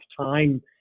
time